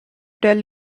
tell